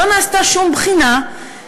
לא נעשתה שום בחינה,